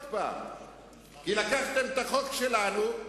כי לקחתם את החוק שלנו,